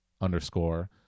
underscore